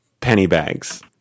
Pennybags